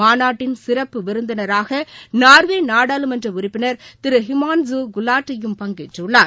மாநாட்டின் சிறப்பு விருந்தினராக நார்வே நாடாளுமன்ற உறுப்பினர் திரு ஹிமான்ஷு குலாட்டியும் பங்கேற்றுள்ளார்